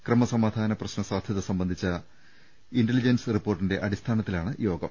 ക്രമ സമാധാന പ്രശ്നസാധ്യത സംബന്ധിച്ച ഇന്റലിജന്റ് സ് റിപ്പോർട്ടിന്റെ അടിസ്ഥാന ത്തിലാണ് യോഗം